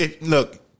look